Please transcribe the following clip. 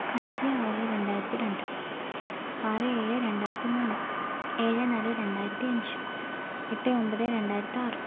അഞ്ച് ആറ് രണ്ടായിരത്തി രണ്ട് ആറ് ഏഴ് രണ്ടായിരത്തി മൂന്ന് ഏഴ് നാല് രണ്ടായിരത്തി അഞ്ച് എട്ട് ഒമ്പത് രണ്ടായിരത്തി ആറ്